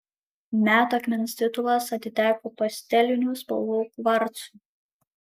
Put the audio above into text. metų akmens titulas atiteko pastelinių spalvų kvarcui